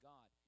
God